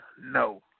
no